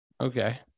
Okay